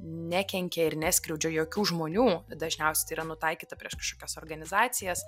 nekenkia ir neskriaudžia jokių žmonių dažniausiai tai yra nutaikyta prieš kažkokias organizacijas